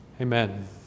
Amen